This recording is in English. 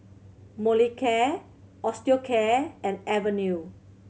Molicare Osteocare and Avene